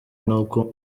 n’uko